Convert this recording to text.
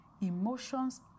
emotions